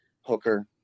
Hooker